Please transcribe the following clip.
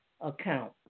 account